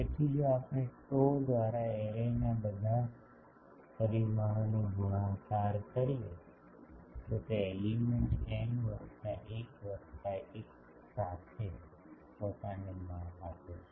તેથી જો આપણે tau દ્વારા એરેના બધા પરિમાણોને ગુણાકાર કરીએ તો તે એલિમેન્ટ એન વત્તા 1 વત્તા 1 સાથે પોતાને માપ આપે છે